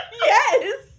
Yes